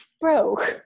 bro